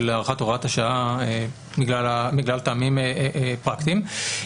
הארכת הוראת השעה בגלל טעמים פרקטיים.